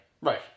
Right